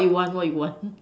what you want what you want